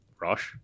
Rosh